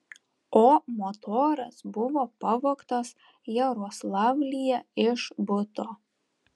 o motoras buvo pavogtas jaroslavlyje iš buto